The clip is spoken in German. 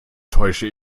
täusche